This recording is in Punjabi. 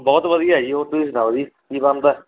ਬਹੁਤ ਵਧੀਆ ਜੀ ਹੋਰ ਤੁਸੀਂ ਸੁਣਾਓ ਜੀ ਕੀ ਬਣਦਾ